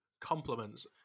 Compliments